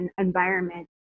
environment